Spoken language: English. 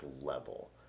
level